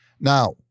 Now